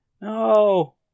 no